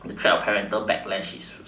the threat of parental backlash is